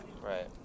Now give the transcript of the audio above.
Right